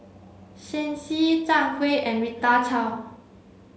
Shen Xi Zhang Hui and Rita Chao